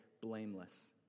blameless